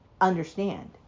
understand